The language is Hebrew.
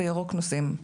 בירוק נוסעים.